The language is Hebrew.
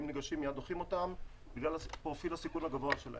גם אם הם ניגשים מייד דוחים אותם בגלל פרופיל הסיכון הגבוהה שלהם.